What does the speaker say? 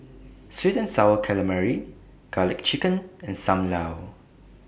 Sweet and Sour Calamari Garlic Chicken and SAM Lau